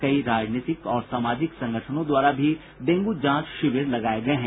कई राजनीतिक और सामाजिक संगठनों द्वारा भी डेंगू जांच शिविर लगाये गये हैं